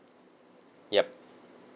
yup